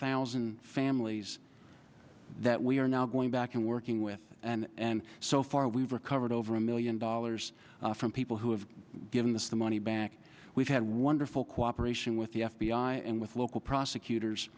thousand families that we are now going back and working with and so far we've recovered over a million dollars from people who have given this the money back we've had wonderful cooperation with the f b i and with local prosecutors